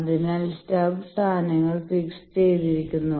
അതിനാൽ സ്റ്റബ് സ്ഥാനങ്ങൾ ഫിക്സ് ചെയ്തിരിക്കുന്നു